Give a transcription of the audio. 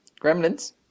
Gremlins